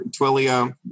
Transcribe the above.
Twilio